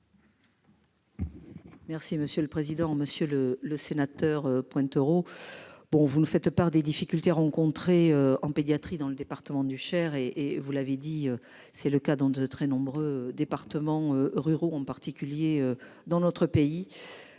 Merci monsieur le président, Monsieur le le sénateur pointe euros bon vous me faites par des difficultés rencontrées en pédiatrie dans le département du Cher et et vous l'avez dit, c'est le cas dans de très nombreux départements ruraux en particulier dans notre pays.